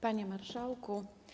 Panie Marszałku!